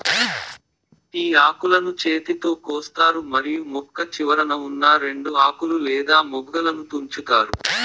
tea ఆకులను చేతితో కోస్తారు మరియు మొక్క చివరన ఉన్నా రెండు ఆకులు లేదా మొగ్గలను తుంచుతారు